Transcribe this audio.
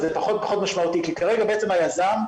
זה פחות משמעותי כי כרגע בעצם היזם,